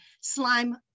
Slime